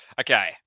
Okay